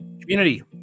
community